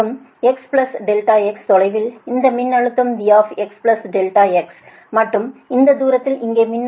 மற்றும் x ∆x தொலைவில் இந்த மின்னழுத்தம் V x ∆x மற்றும் இந்த தூரத்தில் இங்கே மின்னோட்டம் I x ∆x